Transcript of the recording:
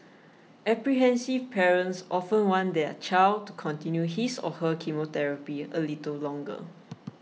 apprehensive parents often want their child to continue his or her chemotherapy a little longer